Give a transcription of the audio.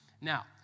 Now